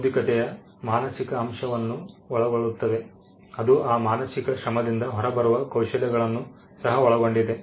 ಬೌದ್ಧಿಕತೆಯು ಮಾನಸಿಕ ಅಂಶವನ್ನು ಒಳಗೊಳ್ಳುತ್ತದೆ ಅದು ಆ ಮಾನಸಿಕ ಶ್ರಮದಿಂದ ಹೊರಬರುವ ಕೌಶಲ್ಯಗಳನ್ನು ಸಹ ಒಳಗೊಂಡಿದೆ